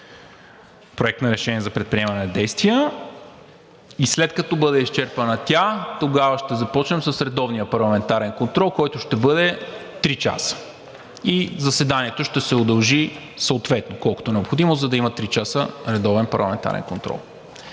по поддържане на републиканската пътна мрежа и след като бъде изчерпана тя, тогава ще започнем с редовния парламентарен контрол, който ще бъде три часа. Заседанието ще се удължи съответно колкото е необходимо, за да има три часа редовен парламентарен контрол.